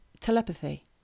telepathy